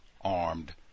armed